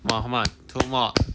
come on come on two more